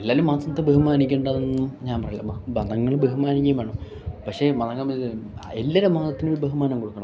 എല്ലാവരും മതത്തെ ബഹുമാനിക്കേണ്ടതൊന്നും ഞാൻ പറയില്ല മതങ്ങൾ ബഹുമാനിക്കുകയും വേണം പക്ഷേ മതങ്ങൾ തമ്മിൽ എല്ലാവരെയും മതത്തിനും ഒരു ബഹുമാനം കൊടുക്കണം